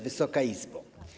Wysoka Izbo!